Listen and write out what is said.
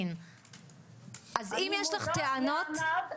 אם יש לך טענות,